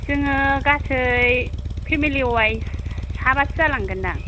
जोङो गासै family wise साबासो जालांगोनदां